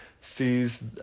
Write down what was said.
sees